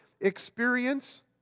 experience